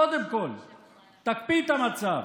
קודם כול תקפיא את המצב.